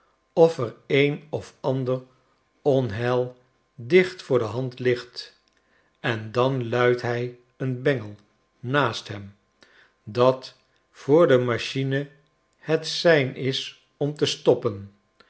of er een of ander onheil dicht voor de hand ligt en dan luidt hij een bengel naast hem dat voor de machine het sein is om te stoppen